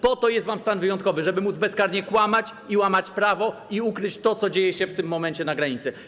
Po to jest wam stan wyjątkowy, żeby móc bezkarnie kłamać, łamać prawo i ukrywać to, co dzieje się w tym momencie na granicy.